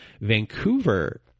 Vancouver